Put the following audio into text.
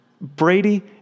Brady